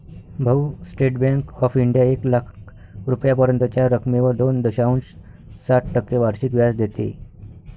भाऊ, state bank of India एक लाख रुपयांपर्यंतच्या रकमेवर दोन दशांश सात टक्के वार्षिक व्याज देते